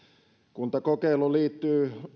kuntakokeilu liittyy